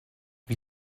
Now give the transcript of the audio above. wie